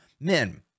Men